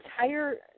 entire